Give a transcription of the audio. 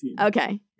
Okay